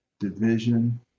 division